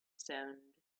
sound